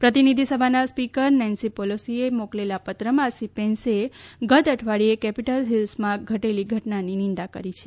પ્રતિનિધિ સભાના speaker Nancy પેલોસીને મોકલેલા પત્રમાં શ્રી પેન્સે ગત અઠવાડિયે કેપિટલ હિલ્સમાં ઘટેલી ઘટનાની નિંદા કરી છે